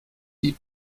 die